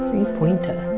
a pointer.